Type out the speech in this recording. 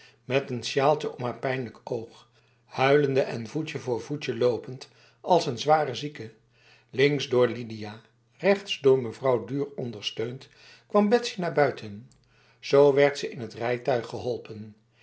met een sjaaltje om haar pijnlijk oog huilende en voetje voor voetje lopend als een zware zieke links door lidia rechts door mevrouw duhr ondersteund kwam betsy naar buiten zo werd ze in het rijtuig geholpen